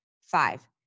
Five